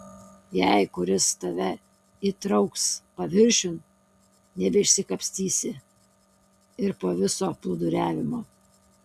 jei kuris tave įtrauks paviršiun nebeišsikapstysi ir po viso plūduriavimo